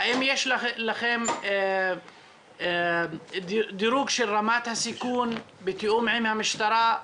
האם יש לכם דירוג של רמת הסיכון בתיאום עם המשטרה?